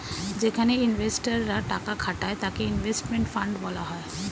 যেখানে ইনভেস্টর রা টাকা খাটায় তাকে ইনভেস্টমেন্ট ফান্ড বলা হয়